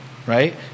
Right